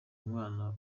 umwana